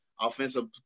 offensive